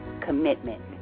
commitment